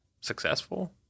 successful